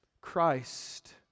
Christ